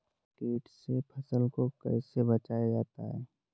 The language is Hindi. कीट से फसल को कैसे बचाया जाता हैं?